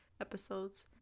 episodes